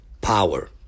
power